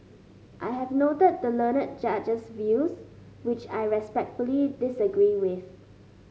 I have noted the learned Judge's views which I respectfully disagree with